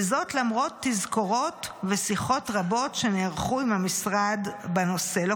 וזאת למרות תזכורות ושיחות רבות שנערכו עם המשרד בנושא זה.